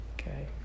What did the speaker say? okay